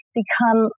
become